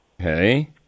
Okay